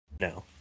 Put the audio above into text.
No